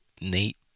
Nate